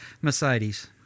Mercedes